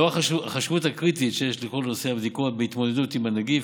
לאור החשיבות הקריטית שיש לכל נושא הבדיקות בהתמודדות עם הנגיף,